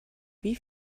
wie